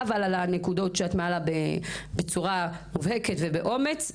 תודה על הנקודות שאת מעלה בצורה מובהקת ובאומץ.